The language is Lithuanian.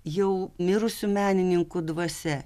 jau mirusių menininkų dvasia